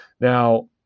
Now